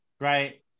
right